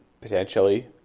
potentially